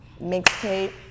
mixtape